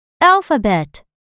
alphabet